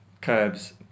curbs